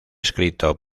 escrito